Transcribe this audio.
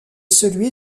celui